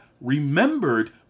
remembered